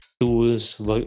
tools